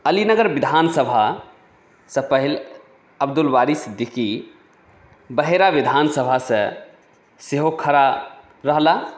अली नगर विधान सभासँ पहल अब्दुल बारी सिद्दकी बहेड़ा विधान सभासँ सेहो खड़ा रहला